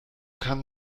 kann